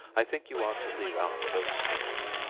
i think you ought to leave out the ghost stories